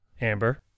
Amber